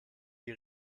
die